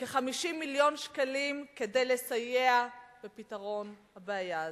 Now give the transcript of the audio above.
כ-50 מיליון שקלים כדי לסייע בפתרון הבעיה הזאת.